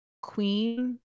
Queen